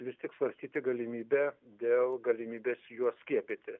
vis tik svarstyti galimybę dėl galimybės juos skiepyti